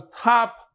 top